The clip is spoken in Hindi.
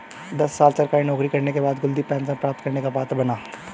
दस साल सरकारी नौकरी करने के बाद कुलदीप पेंशन प्राप्त करने का पात्र बना